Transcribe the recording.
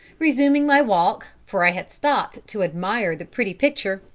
resuming my walk, for i had stopped to admire the pretty picture,